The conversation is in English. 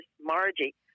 Margie